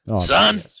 son